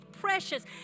precious